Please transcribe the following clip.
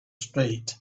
street